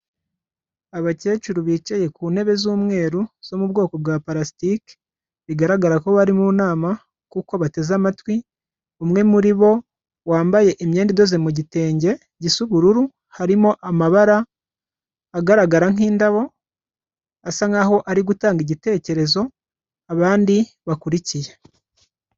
Abakecuru bicaye ku ntebe z'umweru zo mu bwoko bwa parasitike, bigaragara ko bari mu nama kuko bateze amatwi. Umwe muri bo wambaye imyenda idoze mu gitenge gisa ubururu harimo amabara agaragara nk'indabo, asa nkaho ari gutanga igitekerezo abandi bakurikiye.